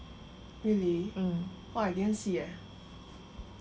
mm